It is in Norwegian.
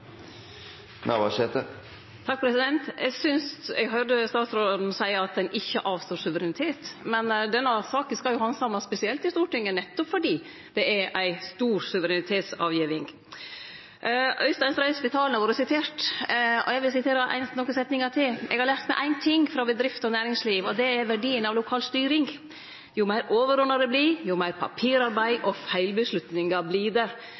Navarsete. Eg syntest eg høyrde statsråden seie at ein ikkje avstår suverenitet, men denne saka skal handsamast spesielt i Stortinget nettopp fordi det er ei stor suverenitetsavgiving. Øystein Stray Spetalen har vore sitert, og eg vil sitere nokre setningar til: «Jeg har lært meg én ting fra bedrifter og næringsliv, og det er verdien av lokal styring. Jo mer overordnet det blir, jo mer papirarbeid og feilbeslutninger blir det.»